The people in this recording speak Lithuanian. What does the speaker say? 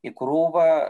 į krūvą